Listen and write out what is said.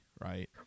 right